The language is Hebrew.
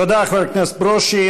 תודה, חבר הכנסת ברושי.